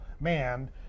man